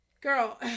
Girl